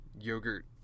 yogurt